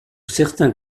certains